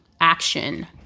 action